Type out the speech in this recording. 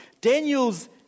Daniel's